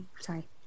Sorry